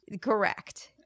Correct